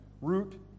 root